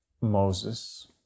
Moses